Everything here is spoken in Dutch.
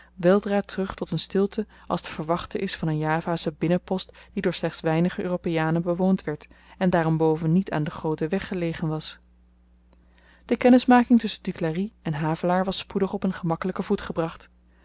weldra terug tot een stilte als te verwachten is van een javasche binnenpost die door slechts weinig europeanen bewoond werd en daarenboven niet aan den grooten weg gelegen was de kennismaking tusschen duclari en havelaar was spoedig op een gemakkelyken